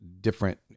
different